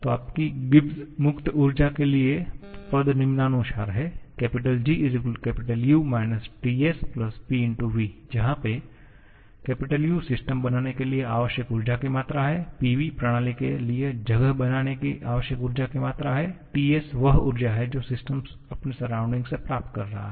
तो आपकी गिब्स मुक्त ऊर्जा के लिए पद निम्नानुसार है G U - TS PV जहा पे U सिस्टम बनाने के लिए आवश्यक ऊर्जा की मात्रा है PV प्रणाली के लिए जगह बनाने के लिए आवश्यक ऊर्जा की मात्रा है TS वह ऊर्जा है जो सिस्टम अपने सराउंडिंग से प्राप्त कर रहा है